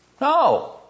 No